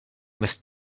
must